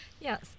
yes